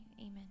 amen